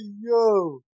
yo